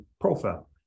profile